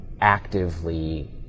actively